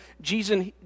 Jesus